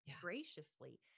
graciously